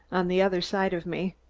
on the other side of me.